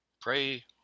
pray